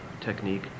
technique